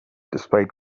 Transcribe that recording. displayed